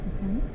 Okay